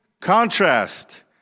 contrast